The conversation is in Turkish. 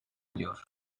ediyor